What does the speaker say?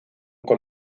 con